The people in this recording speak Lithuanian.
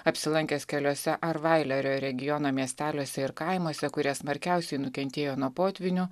apsilankęs keliose arvailerio regiono miesteliuose ir kaimuose kurie smarkiausiai nukentėjo nuo potvynių